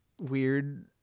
weird